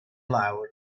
lawr